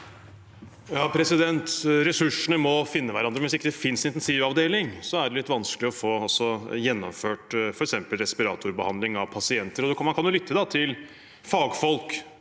Ja, ressursene må finne hverandre, men hvis det ikke fins intensivavdeling, er det litt vanskelig å få gjennomført f.eks. respiratorbehandling av pasienter. Man kan jo lytte til fagfolk